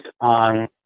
on